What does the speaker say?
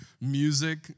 music